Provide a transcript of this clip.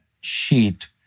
sheet